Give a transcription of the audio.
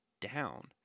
down